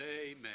amen